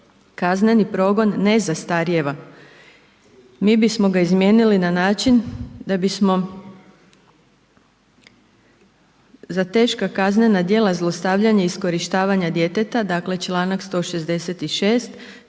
„kazneni progon ne zastarijeva“. Mi bismo ga izmijenili na način da bismo za teška kaznena djela zlostavljanja i iskorištavanja djeteta dakle članak 166.